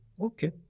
Okay